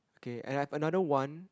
okay and I've another one